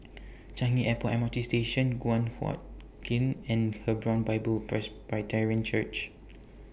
Changi Airport M R T Station Guan Huat Kiln and Hebron Bible Presbyterian Church